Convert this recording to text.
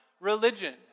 religion